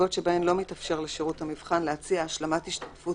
בנסיבות שבהן לא מתאפשר לשירות המבחן להציע השלמת השתתפות